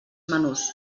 menús